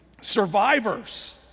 survivors